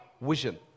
vision